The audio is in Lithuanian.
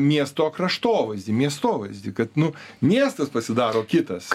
miesto kraštovaizdį miestovaizdį kad nu miestas pasidaro kitas